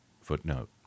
Footnote